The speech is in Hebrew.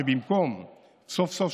סוף-סוף,